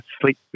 sleep